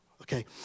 Okay